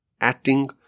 acting